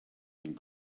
and